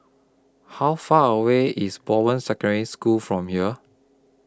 How Far away IS Bowen Secondary School from here